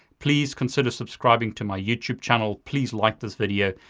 please consider subscribing to my youtube channel. please like this video.